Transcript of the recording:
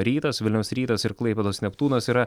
rytas vilniaus rytas ir klaipėdos neptūnas yra